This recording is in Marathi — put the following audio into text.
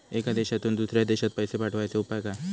एका देशातून दुसऱ्या देशात पैसे पाठवचे उपाय काय?